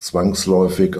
zwangsläufig